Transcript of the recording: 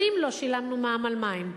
שנים לא שילמנו מע"מ על מים,